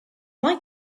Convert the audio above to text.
like